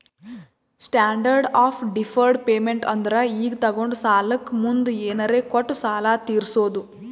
standard of deferred payment ಅಂದುರ್ ಈಗ ತೊಗೊಂಡ ಸಾಲಕ್ಕ ಮುಂದ್ ಏನರೇ ಕೊಟ್ಟು ಸಾಲ ತೀರ್ಸೋದು